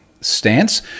stance